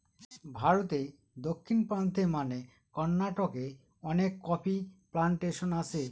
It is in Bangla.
ভারতে দক্ষিণ প্রান্তে মানে কর্নাটকে অনেক কফি প্লানটেশন আছে